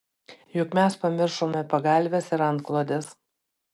juk mes pamiršome pagalves ir antklodes